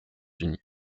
unis